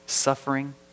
suffering